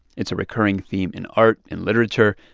it's a recurring theme in art and literature.